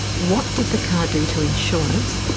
what did the car do to insurance,